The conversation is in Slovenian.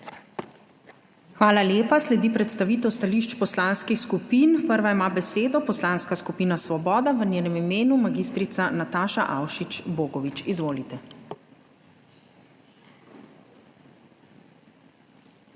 Hvala lepa. Sledi predstavitev stališč poslanskih skupin. Prva ima besedo Poslanska skupina Svoboda, v njenem imenu mag. Nataša Avšič Bogovič. Izvolite.